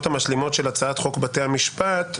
הצעת חוק בתי המשפט,